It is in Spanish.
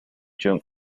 young